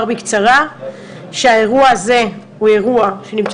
אומר בקצרה שהאירוע הזה הוא אירוע שנמצא